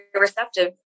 receptive